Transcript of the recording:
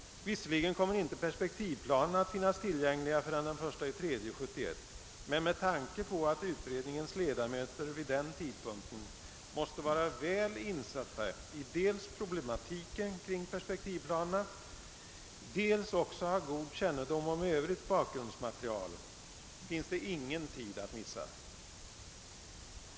Visserligen kommer perspektivplanerna inte att finnas tillgängliga förrän den 1 mars 1971, men med tanke på att utredningens ledamöter vid den tidpunkten dels måste vara väl insatta i problematiken kring perspektivplanerna, dels också ha god kännedom om övrigt bakgrundsmaterial är det ingen tid att missa.